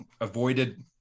avoided